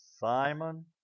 Simon